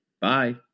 Bye